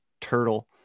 turtle